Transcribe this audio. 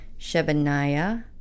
Shebaniah